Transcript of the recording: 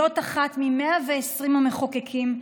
להיות אחת מ-120 המחוקקים,